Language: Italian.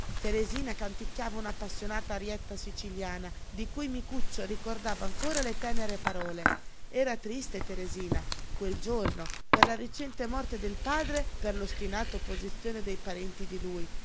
teresina canticchiava un'appassionata arietta siciliana di cui micuccio ricordava ancora le tènere parole era triste teresina quel giorno per la recente morte del padre e per l'ostinata opposizione dei parenti di lui